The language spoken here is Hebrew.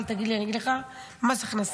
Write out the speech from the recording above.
אל תגיד לי, אני אגיד לך: מס הכנסה,